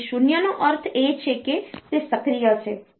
તેથી 0 નો અર્થ એ છે કે તે સક્રિય છે